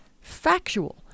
factual